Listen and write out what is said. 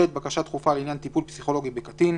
(ב) בקשה דחופה לעניין טיפול פסיכולוגי בקטין,